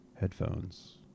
headphones